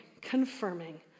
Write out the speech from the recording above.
confirming